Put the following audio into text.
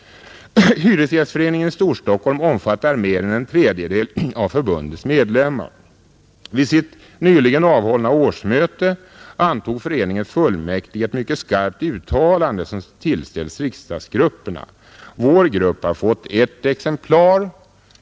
Hyresgästföreningen i Stor-Stockholm omfattar mer än en tredjedel av medlemmarna i Hyresgästernas riksförbund. Vid sitt nyligen avhållna årsmöte antog föreningens fullmäktige ett mycket skarpt uttalande som tillställts riksdagsgrupperna. Vår grupp har fått ett exemplar.